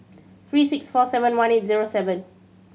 three six four seven one eight zero seven